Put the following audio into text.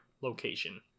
location